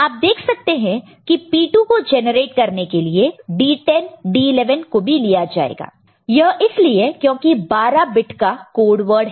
आप देख सकते हैं की P2 को जेनरेट करने के लिए D10 D11 को भी लिया गया है यह इसलिए क्योंकि 12 बिट का कोड वर्ड है